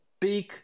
big